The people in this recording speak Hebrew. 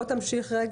בוא תמשיך.